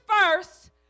first